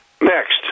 Next